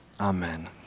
amen